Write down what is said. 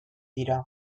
dira